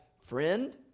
friend